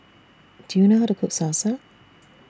Do YOU know How to Cook Salsa